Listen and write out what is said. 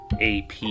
ap